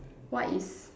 what is